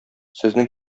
сезнең